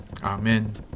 Amen